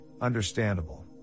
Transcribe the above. understandable